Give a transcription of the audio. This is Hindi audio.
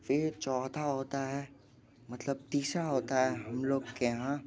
फिर चौथा होता है मतलब तीसरा होता है हम लोग के यहाँ